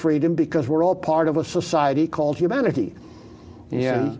freedom because we're all part of a society called humanity